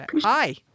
hi